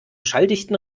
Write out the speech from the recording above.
schalldichten